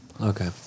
okay